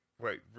Wait